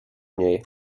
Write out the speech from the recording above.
niej